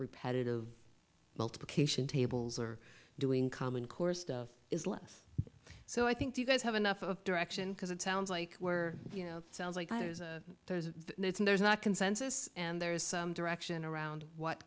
repetitive multiplication tables or doing common core stuff is less so i think you guys have enough of direction because it sounds like we're you know it sounds like there's a it's in there's not consensus and there is some direction around what